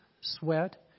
sweat